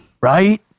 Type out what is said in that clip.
Right